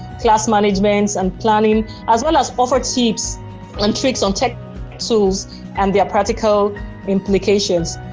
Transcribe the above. class management and planning, as well as offer tips and tricks on tech tools and their practical implications.